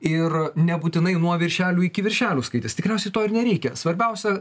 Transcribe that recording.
ir nebūtinai nuo viršelių iki viršelių skaitys tikriausiai to ir nereikia svarbiausia